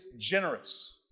generous